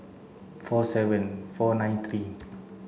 four seven four nine three